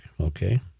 Okay